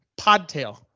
Podtail